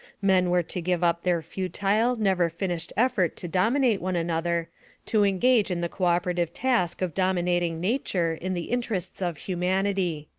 men were to give up their futile, never-finished effort to dominate one another to engage in the cooperative task of dominating nature in the interests of humanity.